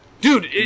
Dude